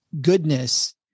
goodness